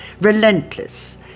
Relentless